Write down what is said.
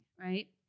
right